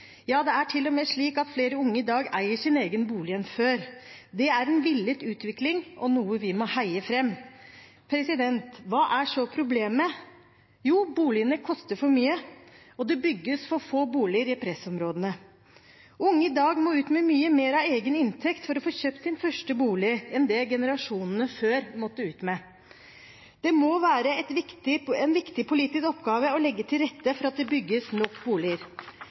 Ja, det er til og med slik at flere unge i dag eier sin egen bolig enn før. Det er en villet utvikling og noe vi må heie fram. Hva er så problemet? Jo, boligene koster for mye, og det bygges for få boliger i pressområdene. Unge i dag må ut med mye mer av egen inntekt for å få kjøpt sin første bolig enn det generasjonene før måtte ut med. Det må være en viktig politisk oppgave å legge til rette for at det bygges nok boliger.